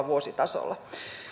vuositasolla